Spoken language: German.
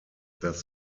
das